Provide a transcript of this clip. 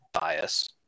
bias